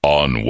on